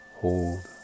hold